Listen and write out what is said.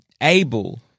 able